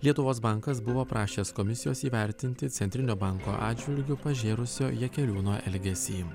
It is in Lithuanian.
lietuvos bankas buvo prašęs komisijos įvertinti centrinio banko atžvilgiu pažėrusio jakeliūno elgesį